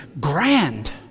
grand